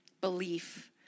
belief